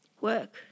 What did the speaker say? work